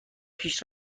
پیش